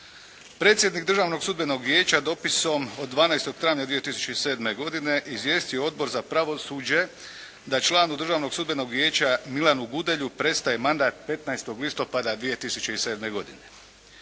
predsjednik Državnog sudbenog vijeća dopisom od 12. travnja 2007. godine izvijestio je Odbor za pravosuđe da članu Državnog sudbenog vijeća Milanu Gudelju prestaje mandat 15. listopada 2007. godine.